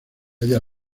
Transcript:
halla